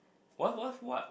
what what what